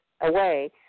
away